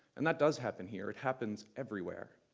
and that does happen here. it happens everywhere.